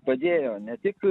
padėjo ne tik